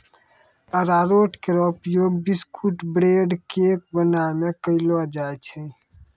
अरारोट केरो उपयोग biscuit, bread, cake बनाय म कयलो जाय छै